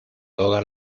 toda